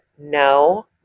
no